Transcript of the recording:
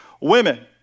women